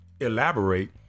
elaborate